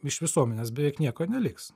iš visuomenės beveik nieko neliks